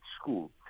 school